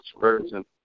version